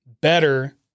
better